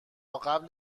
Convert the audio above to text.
قبل